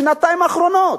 בשנתיים האחרונות.